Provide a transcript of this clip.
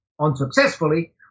unsuccessfully